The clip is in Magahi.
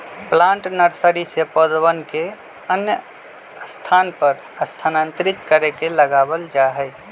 प्लांट नर्सरी से पौधवन के अन्य स्थान पर स्थानांतरित करके लगावल जाहई